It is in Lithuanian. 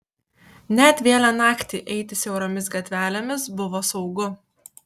net vėlią naktį eiti siauromis gatvelėmis buvo saugu